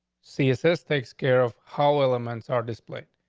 css takes care of how elements are displayed,